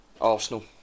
Arsenal